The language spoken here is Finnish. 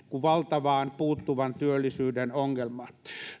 valtavaan puuttuvan työllisyyden ongelmaan